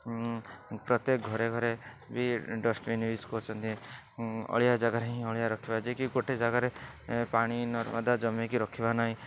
ପ୍ରତ୍ୟେକ ଘରେଘରେ ବି ଡଷ୍ଟବିନ୍ ୟୁଜ୍ କରୁଛନ୍ତି ଅଳିଆ ଜାଗାରେ ହିଁ ଅଳିଆ ରଖିବା ଯିଏକି ଗୋଟେ ଜାଗାରେ ପାଣି ନର୍ଦମା ଜମିକି ରଖିବା ନାହିଁ